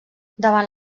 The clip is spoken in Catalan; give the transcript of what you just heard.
davant